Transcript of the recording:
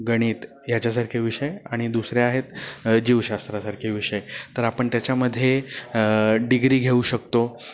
गणित याच्यासारखे विषय आणि दुसरे आहेत जीवशास्त्रासारखे विषय तर आपण त्याच्यामध्ये डिग्री घेऊ शकतो